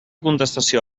contestació